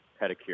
pedicure